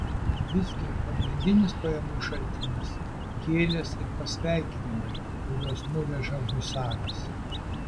visgi pagrindinis pajamų šaltinis gėlės ir pasveikinimai kuriuos nuveža husaras